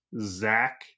Zach